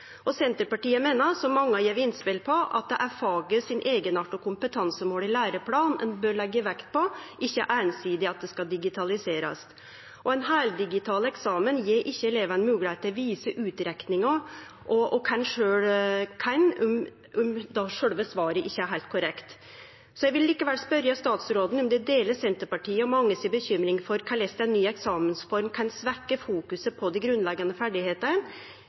Senterpartiet meiner, som mange har gjeve innspel på, at det er faget sin eigenart og kompetansemål i læreplanen ein bør leggje vekt på, ikkje einsidig at det skal digitaliserast. Ein heildigital eksamen gjev ikkje elevane moglegheit til å vise utrekningar og kva ein kan sjølv om sjølve svaret ikkje er heilt korrekt. Så eg vil likevel spørje statsråden om ho deler Senterpartiet og mange si bekymring for korleis ei ny eksamensform kan svekkje fokuset på dei